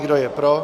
Kdo je pro?